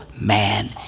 man